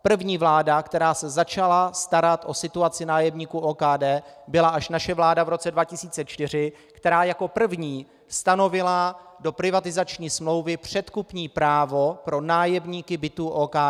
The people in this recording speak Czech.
První vláda, která se začala starat o situaci nájemníků OKD, byla až naše vláda v roce 2004, která jako první stanovila do privatizační smlouvy předkupní právo pro nájemníky bytů OKD.